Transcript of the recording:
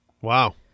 Wow